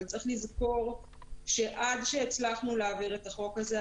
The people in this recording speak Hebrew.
אבל צריך לזכור שעד שהצלחנו להעביר את החוק הזה,